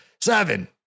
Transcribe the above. seven